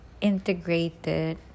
integrated